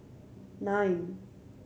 nine